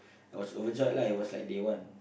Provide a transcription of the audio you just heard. I was overjoyed lah it was like day one